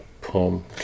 poem